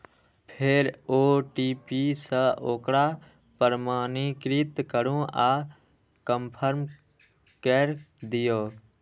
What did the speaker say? फेर ओ.टी.पी सं ओकरा प्रमाणीकृत करू आ कंफर्म कैर दियौ